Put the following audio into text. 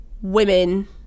women